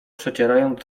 przecierając